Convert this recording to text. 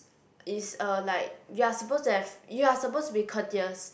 is uh like you are supposed to have you are supposed to be courteous